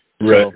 Right